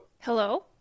hello